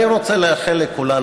אני רוצה לאחל לכולנו,